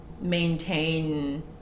maintain